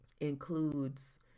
includes